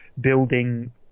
building